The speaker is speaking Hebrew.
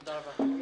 תודה רבה.